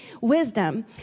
wisdom